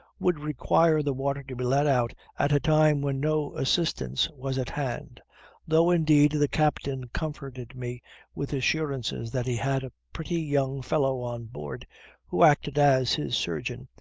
would require the water to be let out at a time when no assistance was at hand though, indeed, the captain comforted me with assurances that he had a pretty young fellow on board who acted as his surgeon,